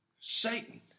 Satan